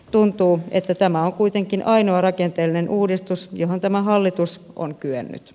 tuntuu että tämä on kuitenkin ainoa rakenteellinen uudistus johon tämä hallitus on kyennyt